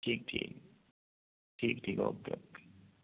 ٹھیک ٹھیک ٹھیک ٹھیک اوکے اوکے